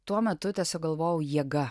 tuo metu tiesiog galvojau jėga